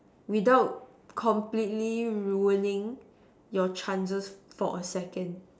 without completely ruining your chances for a second